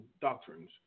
doctrines